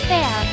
Fair